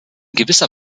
gewisser